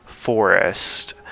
forest